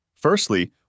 Firstly